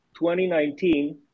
2019